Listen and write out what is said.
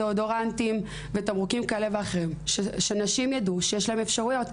דאודורנטים ותמרוקים כדי שנשים יידעו שיש להן אפשרויות.